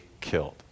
killed